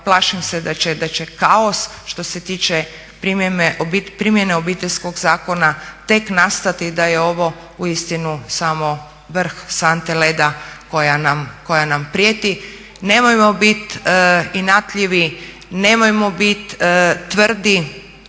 plašim se da će kaos što se tiče primjene Obiteljskog zakona tek nastati, da je ovo uistinu samo vrh sante leda koja nam prijeti. Nemojmo biti inatljivi, nemojmo biti tvrdi,